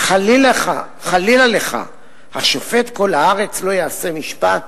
"חלִלה לך, השֹפט כל הארץ לא יעשה משפט".